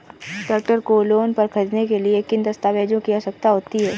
Tractor को loan पर खरीदने के लिए किन दस्तावेज़ों की आवश्यकता होती है?